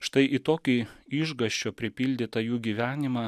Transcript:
štai į tokį išgąsčio pripildytą jų gyvenimą